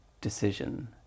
decision